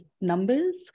numbers